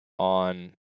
on